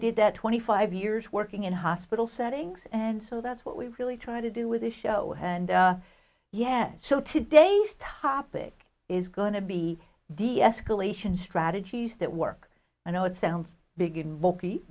did that twenty five years working in a hospital settings and so that's what we really try to do with this show and yeah so today's topic is going to be deescalation strategies that work i know it sounds big and bulky